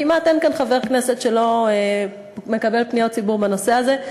כמעט אין כאן חבר כנסת שלא מקבל פניות ציבור בנושא הזה,